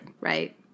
right